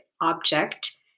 object